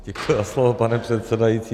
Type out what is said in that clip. Děkuji za slovo, pane předsedající.